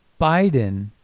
Biden